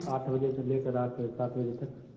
आठ बजे से लेकर रात सात बजे तक